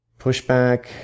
pushback